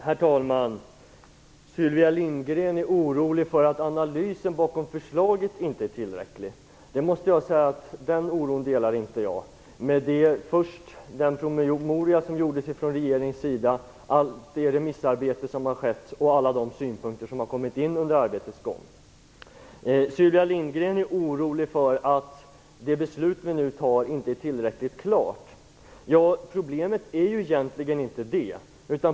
Herr talman! Sylvia Lindgren är orolig för att analysen bakom förslaget inte är tillräcklig. Jag måste säga att jag inte delar den oron mot bakgrund av promemorian från regeringen, det omfattande remissarbetet och alla de synpunkter som har kommit in under arbetets gång. Sylvia Lindgren är orolig för att det beslut vi nu skall fatta inte är tillräckligt klart. Det är egentligen inte problemet.